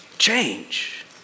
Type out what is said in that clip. Change